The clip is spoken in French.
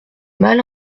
mal